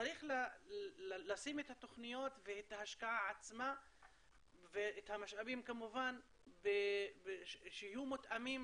צריך לשים את התוכניות ואת ההשקעה עצמה ואת המשאבים כמובן שיהיו מותאמים